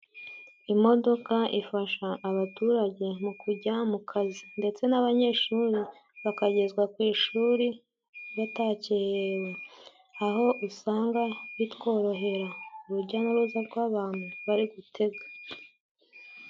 Imodoka ifasha abaturage mu kujya mu kazi. Ndetse n'abanyeshuri bakagezwa ku ishuri batakerewe. Aho usanga bitworohera, urujya n'uruza rw'abantu bari gutega.